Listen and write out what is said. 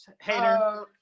Hater